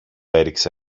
έριξε